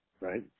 Right